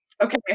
okay